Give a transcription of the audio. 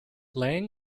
leng